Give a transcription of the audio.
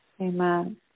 amen